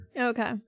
Okay